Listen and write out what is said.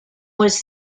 was